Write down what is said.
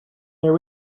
there